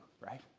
right